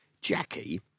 Jackie